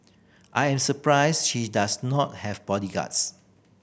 I am surprised she does not have bodyguards